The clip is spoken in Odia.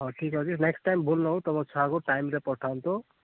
ହଉ ଠିକ୍ଅଛି ନେକ୍ସଟ ଟାଇମ୍ ଭୁଲ୍ ନ ହଉ ତମ ଛୁଆକୁ ଟାଇମ୍ ରେ ପଠାନ୍ତୁ